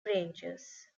rangers